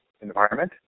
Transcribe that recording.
environment